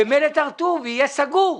ו"מלט הר-טוב" יהיה סגור.